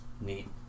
Neat